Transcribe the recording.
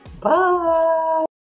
bye